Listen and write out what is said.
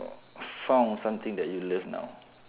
found something that you love now